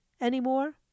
anymore